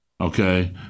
okay